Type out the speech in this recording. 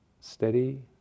steady